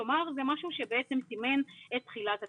כלומר, זה משהו שסימן את תחילת התחלואה.